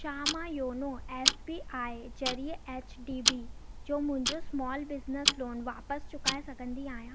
छा मां योनो एस बी आई ज़रिए एच डी बी जो मुंहिंजो स्माल बिज़नेस लोन वापस चुकाए सघंदी आहियां